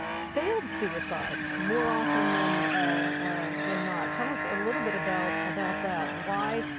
failed suicides more often than ah than not. tell us a little bit about about that. why?